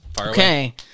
Okay